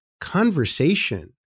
conversation